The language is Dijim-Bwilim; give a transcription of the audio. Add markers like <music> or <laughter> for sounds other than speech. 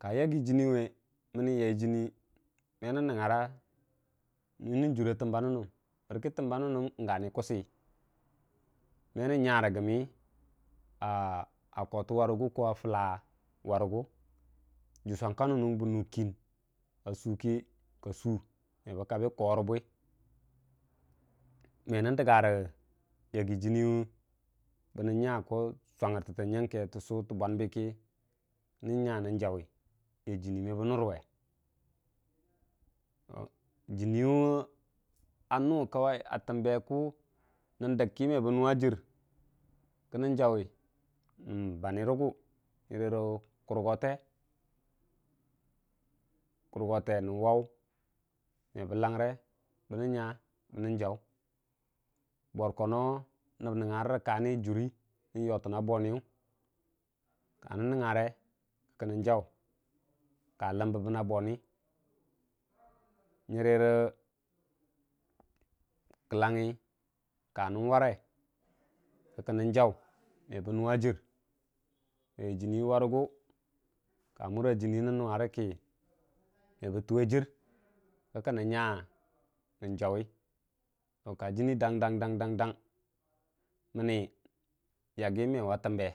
ka yaggi jənni we mənnə yai jənni me mən jura təmba nənnəm bərkə təmba nənnəm gani kutsi me mən nya rə gəmmi a kotə warəgu ko fəlla warəgu juswang ka nənəng bə nu kən a suu kəka su me bə kabə kiwirə bwi me nən dəggo yaggi yaggi bənən nya swangngər təttə nyəng ke kə bənnən nya nən jawi ya jənni me bə murəwe jənni iya nuwa təmbe nan dak kə me ba nənguga jir nən bani rəgu nyərə kurgote, nən waw me bə langre bənən nya bənən jau <unintelligible> nəb nəngngarə rə kanən nən yotənnan bon yu kanən nən nangngare kə kənən yotən a boni nən jau nyərə kəllangngi ka nən ware, kə kənən jau me bə nəngnga jir yai jənni warəgu ka mura kənni nən nuea mebə juwe jir ka nən nya nər jaw ka yaggi jənniwu dang dang dang mənni yagi mewa tənbe.